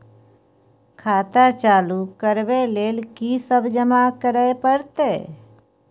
खाता चालू करबै लेल की सब जमा करै परतै?